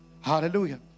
Hallelujah